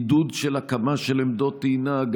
ועידוד של הקמה של עמדות טעינה,